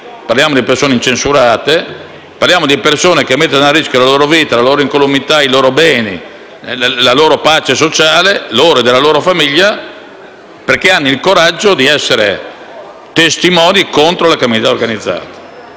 parliamo di persone perbene, incensurate e che mettono a rischio la loro vita, la loro incolumità, i loro beni e la pace sociale, anche della loro famiglia, perché hanno il coraggio di essere testimoni contro la criminalità organizzata.